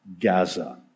Gaza